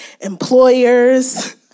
employers